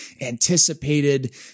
anticipated